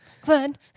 Glenn